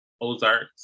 Ozarks